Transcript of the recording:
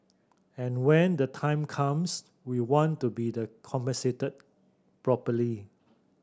and when the time comes we want to be the compensated properly